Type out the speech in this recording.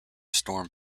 storm